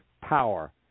power